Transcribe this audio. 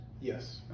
Yes